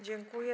Dziękuję.